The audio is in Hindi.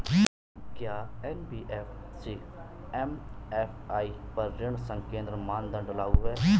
क्या एन.बी.एफ.सी एम.एफ.आई पर ऋण संकेन्द्रण मानदंड लागू हैं?